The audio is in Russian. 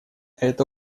это